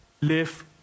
live